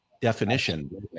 definition